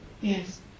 yes